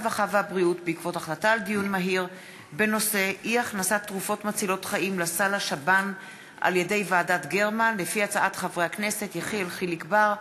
הרווחה והבריאות בעקבות דיון מהיר בהצעתם של חברי הכנסת יחיאל חיליק בר,